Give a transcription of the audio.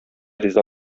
риза